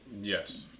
Yes